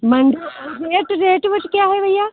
मैंड्रो और rate rate weight क्या है भैया